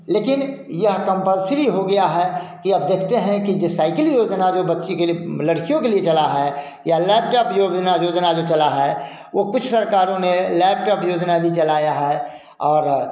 लेकिन यह कंपलसिरी हो गया है कि अब देखते हैं कि जो साइकिल योजना जो बच्ची के लिए लड़कियों के चला है या लैपटॉप योजना योजना जो चला है वह कुछ सरकारों ने लैपटॉप योजना भी चलाया है और